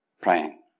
praying